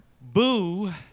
Boo